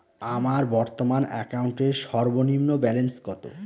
আমার বর্তমান অ্যাকাউন্টের সর্বনিম্ন ব্যালেন্স কত?